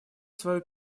свою